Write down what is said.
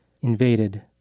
invaded